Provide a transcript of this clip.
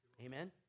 Amen